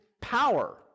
power